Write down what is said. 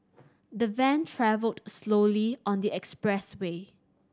the van travelled slowly on the expressway